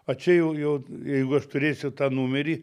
o čia jau jau jeigu aš turėsiu tą numerį